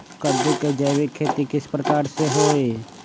कददु के जैविक खेती किस प्रकार से होई?